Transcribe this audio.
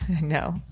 No